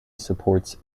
supports